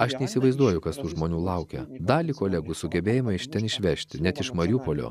aš neįsivaizduoju kas tų žmonių laukia dalį kolegų sugebėjime iš ten išvežti net iš mariupolio